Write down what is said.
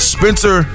Spencer